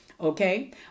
Okay